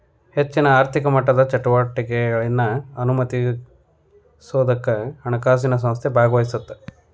ಹೆಚ್ಚಿನ ಆರ್ಥಿಕ ಮಟ್ಟದ ಚಟುವಟಿಕೆನಾ ಅನುಮತಿಸೋದಕ್ಕ ಹಣಕಾಸು ಸಂಸ್ಥೆ ಭಾಗವಹಿಸತ್ತ